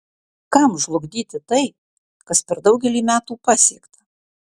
kam žlugdyti tai kas per daugelį metų pasiekta